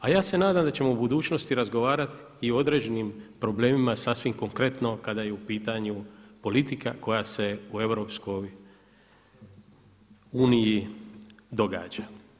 A ja se nadam da ćemo u budućnosti razgovarati i određenim problemima sasvim konkretno kada je u pitanju politika koja se u EU događa.